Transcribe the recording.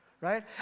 right